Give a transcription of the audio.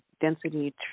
density